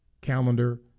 calendar